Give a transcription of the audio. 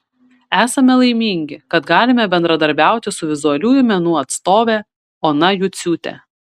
esame laimingi kad galime bendradarbiauti su vizualiųjų menų atstove ona juciūte